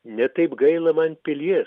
ne taip gaila man pilies